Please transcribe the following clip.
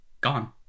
gone